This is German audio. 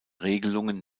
regelungen